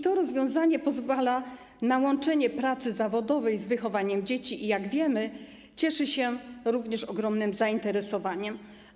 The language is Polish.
To rozwiązanie pozwala na łączenie pracy zawodowej z wychowaniem dzieci i jak wiemy, cieszy się również ogromnym zainteresowaniem.